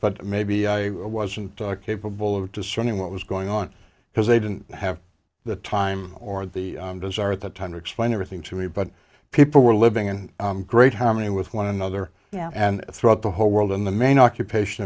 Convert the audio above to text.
but maybe i wasn't capable of discerning what was going on because they didn't have the time or the desire at the time to explain everything to me but people were living and i'm great how many with one another and throughout the whole world in the main occupation